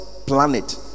Planet